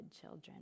children